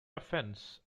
offense